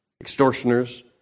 extortioners